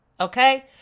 okay